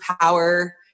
power